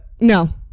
No